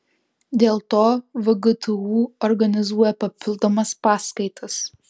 dėl to vgtu organizuoja papildomas paskaitas